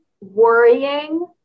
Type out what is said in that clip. worrying